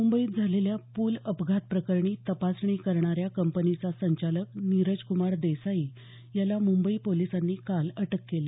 मुंबईत झालेल्या पूल अपघात प्रकरणी तपासणी करणाऱ्या कंपनीचा संचालक नीरजकुमार देसाई याला मुंबई पोलिसांनी काल अटक केली